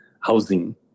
housing